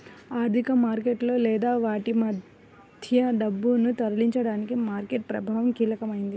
ఆర్థిక మార్కెట్లలో లేదా వాటి మధ్య డబ్బును తరలించడానికి మార్కెట్ ప్రభావం కీలకమైనది